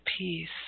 peace